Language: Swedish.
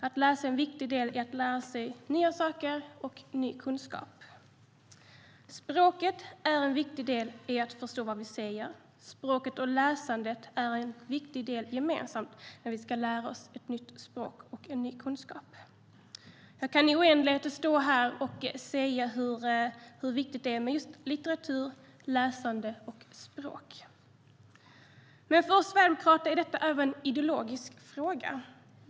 Att läsa är en viktig del i att kunna lära sig nya saker och ny kunskap. Språket är en viktig del i att förstå vad vi säger. Språket och läsandet är viktiga delar när vi ska lära oss ett nytt språk, ny kunskap. Jag kan stå här oändligt länge och säga hur viktigt det är med just litteratur, läsande och språk. För oss sverigedemokrater är detta även en ideologisk fråga.